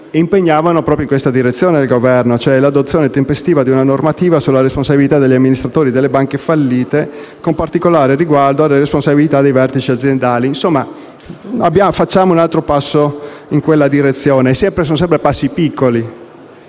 l'Esecutivo proprio in questa direzione, ovvero verso l'adozione tempestiva di una normativa sulla responsabilità degli amministratori delle banche fallite, con particolare riguardo alle responsabilità dei vertici aziendali. Insomma, facciamo un altro passo in quella direzione; si tratta comunque di passi piccoli,